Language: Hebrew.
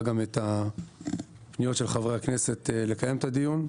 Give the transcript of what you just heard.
גם את הפניות של חברי הכנסת לקיים את הדיון.